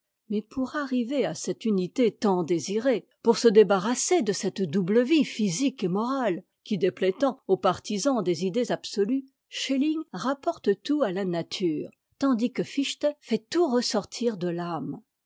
mais pour arriver à cette unité tant désirée pour se débarrasser de cette double vie physique et mora e qui dép aït tant aux partisans des idées absolues schelling rapporte tout à la nature tandis que fichte fait tout ressortir de l'âme